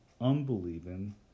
unbelieving